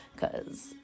cause